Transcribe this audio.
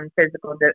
physical